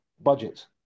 budgets